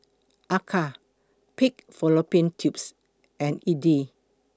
Acar Pig Fallopian Tubes and Idly